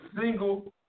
Single